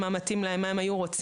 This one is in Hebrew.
מה מתאים להם ומה הם היו רוצים.